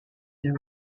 their